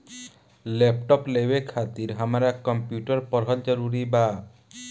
Laptop लेवे खातिर हमरा कम्प्युटर पढ़ल जरूरी बा?